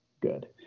good